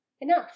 enough